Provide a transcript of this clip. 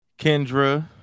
Kendra